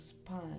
spine